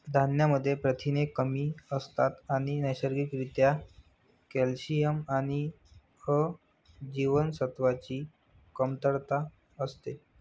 धान्यांमध्ये प्रथिने कमी असतात आणि नैसर्गिक रित्या कॅल्शियम आणि अ जीवनसत्वाची कमतरता असते